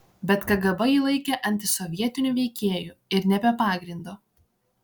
bet kgb jį laikė antisovietiniu veikėju ir ne be pagrindo